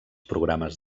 programes